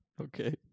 Okay